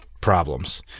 problems